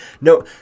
no